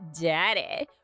Daddy